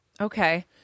Okay